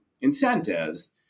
incentives